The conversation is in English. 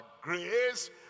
grace